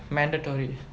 mandatory